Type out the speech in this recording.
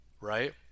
right